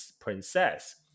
princess